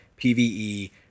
PvE